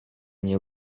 nie